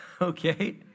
Okay